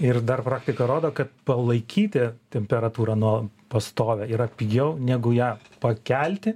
ir dar praktika rodo kad palaikyti temperatūrą nu pastovią yra pigiau negu ją pakelti